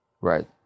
right